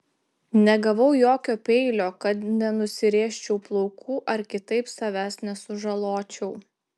negavau jokio peilio kad nenusirėžčiau plaukų ar kitaip savęs nesužaločiau